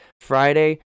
Friday